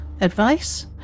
advice